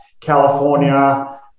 california